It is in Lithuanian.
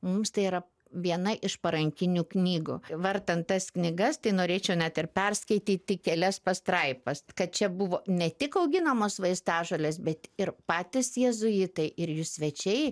mums tai yra viena iš parankinių knygų vartant tas knygas tai norėčiau net ir perskaityti kelias pastraipas kad čia buvo ne tik auginamos vaistažolės bet ir patys jėzuitai ir jų svečiai